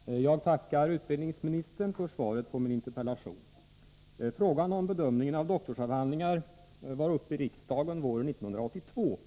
Herr talman! Jag tackar utbildningsministern för svaret på min interpellation. Frågan om bedömningen av doktorsavhandlingar var uppe i riksdagen våren 1982